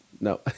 No